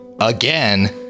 again